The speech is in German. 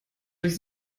durch